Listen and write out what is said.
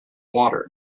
water